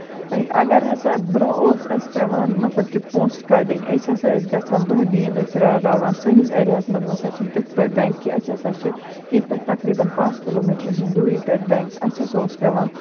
اَگر ہسا برونٛہہ اوس اسہِ پیٚوان مطلب کہِ پونٛسہٕ کَڑٕںۍ أسۍ ہسا ٲسۍ گژھان دۄہ دیٖن ٲسۍ راوراوان سٲنِس ایریا ہس منٛز نہ سا چھُنہٕ تِتھ پٲٹھۍ بینٛک کہِ اَسہِ ہسا چھِ ییٚتہِ پٮ۪ٹھ تِقریٖباً پانٛژھ کِلوٗ میٖٹر ہُند دوٗری پٮ۪ٹھ بینٛک اَسہِ ہسا اوس پیٚوان